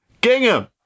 Gingham